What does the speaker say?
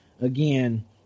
again